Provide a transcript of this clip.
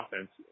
offense